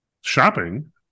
shopping